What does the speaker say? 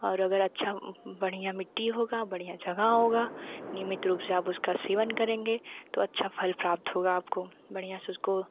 और अच्छा बढ़िया मिट्टी होगी बढ़िया जगह होगा नियमित रूप से जब उसका सेवन करेंगे तो अच्छा पझल प्राप्त होगा आपको बढ़िया से उसको